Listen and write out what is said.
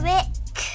Rick